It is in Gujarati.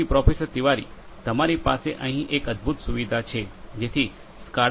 તેથી પ્રોફેસર તિવારી તમારી પાસે અહીં એક અદભૂત સુવિધા છે